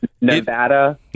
Nevada